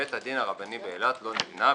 בית הדין הרבני באילת לא נבנה,